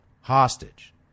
hostage